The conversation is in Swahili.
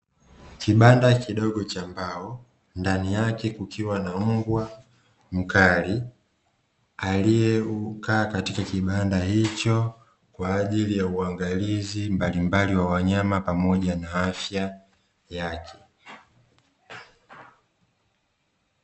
Kibanda kidogo cha mbao ndani yake kukiwa na mbwa mkali, aliyekaa katika kibanda hicho kwa ajili ya uangalizi mbalimbali wa wanyama pamoja na afya yake.